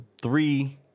three